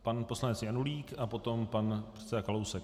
Pan poslanec Janulík, potom pan předseda Kalousek.